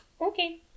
Okay